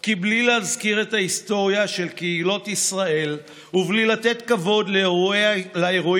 כי בלי להזכיר את ההיסטוריה של קהילות ישראל ובלי לתת כבוד לאירועים